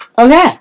Okay